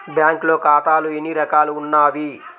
బ్యాంక్లో ఖాతాలు ఎన్ని రకాలు ఉన్నావి?